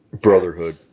brotherhood